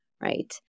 right